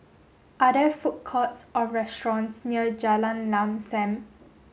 are there food courts or restaurants near Jalan Lam Sam